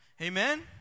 amen